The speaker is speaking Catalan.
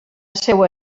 seua